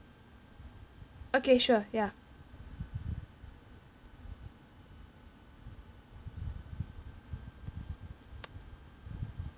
okay sure ya